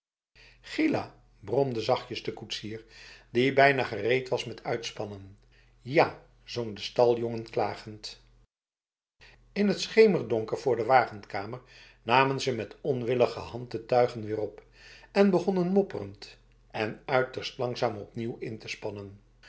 gilahf bromde zachtjes de koetsier die bijna gereed was met uitspannen ya zong de staljongen klagend in het schemerdonker voor de wagenkamer namen ze met onwillige hand de tuigen weer op en begonnen mopperend en uiterst langzaam opnieuw in te spannen